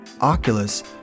Oculus